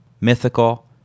mythical